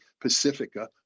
Pacifica